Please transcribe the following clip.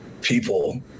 people